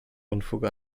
unfug